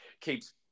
keeps